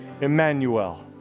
Emmanuel